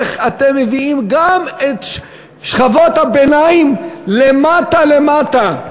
מתכון איך אתם מביאים גם את שכבות הביניים למטה למטה.